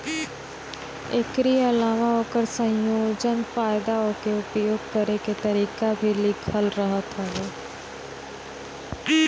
एकरी अलावा ओकर संयोजन, फायदा उके उपयोग करे के तरीका भी लिखल रहत हवे